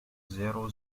zéro